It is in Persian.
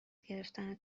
گرفتن